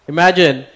Imagine